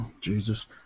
Jesus